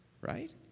right